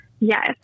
Yes